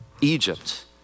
Egypt